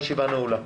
הישיבה נעולה.